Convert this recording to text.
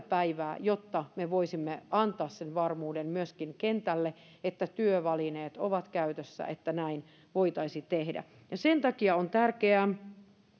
päivää jotta me voisimme antaa myöskin kentälle sen varmuuden että työvälineet ovat käytössä että näin voitaisiin tehdä sen takia on tärkeää